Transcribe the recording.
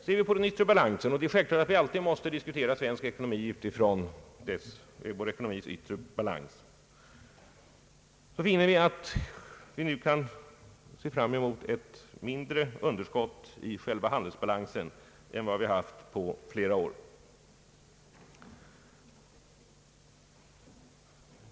Ser man på den yttre balansen — det är självklart att vi alltid måste diskutera svensk ekonomi utifrån den yttre balansen — finner man att vi nu kan se fram mot ett mindre underskott i handelsbalansen än vi haft på flera år.